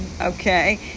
okay